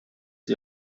die